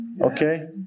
Okay